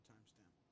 Timestamp